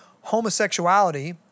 homosexuality